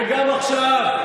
וגם עכשיו,